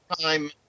time